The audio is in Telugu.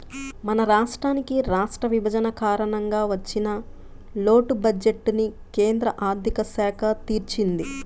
మన రాష్ట్రానికి రాష్ట్ర విభజన కారణంగా వచ్చిన లోటు బడ్జెట్టుని కేంద్ర ఆర్ధిక శాఖ తీర్చింది